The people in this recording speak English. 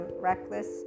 reckless